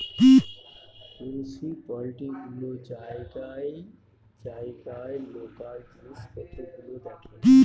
municipality গুলো জায়গায় জায়গায় লোকাল জিনিস পত্র গুলো দেখে